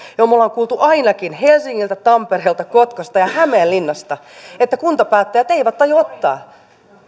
me olemme kuulleet ainakin helsingistä tampereelta kotkasta ja hämeenlinnasta että kuntapäättäjät eivät aio ottaa